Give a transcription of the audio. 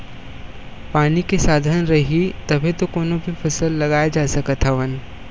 पानी के साधन रइही तभे तो कोनो भी फसल लगाए जा सकत हवन